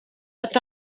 ati